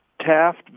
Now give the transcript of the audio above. Taft